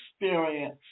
experience